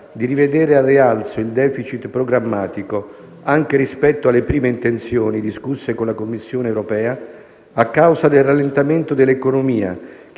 Grazie,